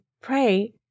pray